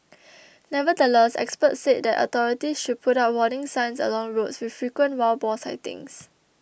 nevertheless experts said that authorities should put up warning signs along roads with frequent wild boar sightings